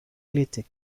eclectic